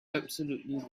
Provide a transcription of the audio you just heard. absolutely